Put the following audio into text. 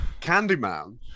Candyman